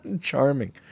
Charming